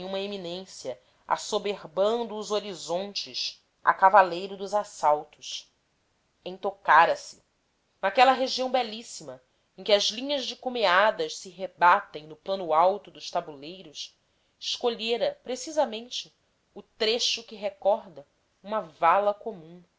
uma eminência assoberbando os horizontes a cavaleiro dos assaltos entocara se naquela região belíssima em que as linhas de cumeadas se rebatem no plano alto dos tabuleiros escolhera precisamente o trecho que recorda uma vala comum